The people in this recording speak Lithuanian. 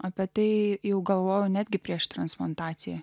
apie tai jau galvojau netgi prieš transplantaciją